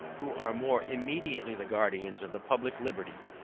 who, are more immediately the guardians of the public liberty,